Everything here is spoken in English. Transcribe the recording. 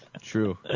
True